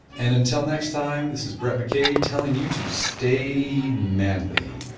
and until next time this is brett mckay telling you to stay manly